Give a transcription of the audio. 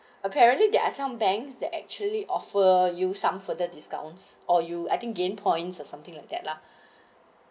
apparently there are some banks that actually offer you some further discounts or you I think gain points or something like that lah